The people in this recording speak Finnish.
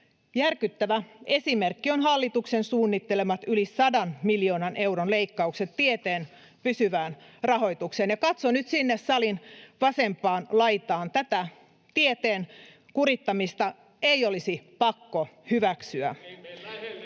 Järkyttävä esimerkki ovat hallituksen suunnittelemat yli sadan miljoonan euron leikkaukset tieteen pysyvään rahoitukseen. Katson nyt sinne salin vasempaan laitaan: tätä tieteen kurittamista ei olisi pakko hyväksyä.